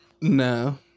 No